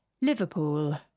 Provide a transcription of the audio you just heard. Liverpool